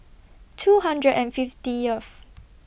two hundred and fiftieth